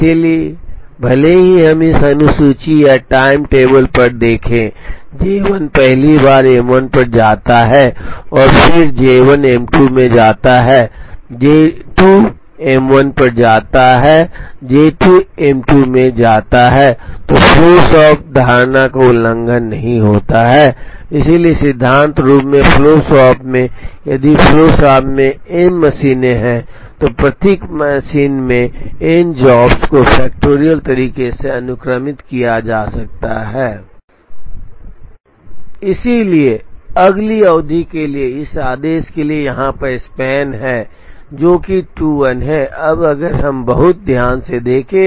इसलिए भले ही हम इस अनुसूची या टाइम टेबल पर देखें J1 पहली बार M1 पर जाता है और फिर J1 M2 में जाता है J2 M1 पर जाता है J2 M2 में जाता है